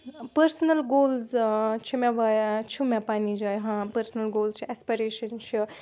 personal goals چھِ مےٚ چھُ مےٚ پنٛنہِ جایہِ ہاں پٔرسٕنَل گولٕز چھِ اٮ۪سپَریشَن چھِ